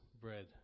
bread